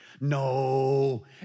No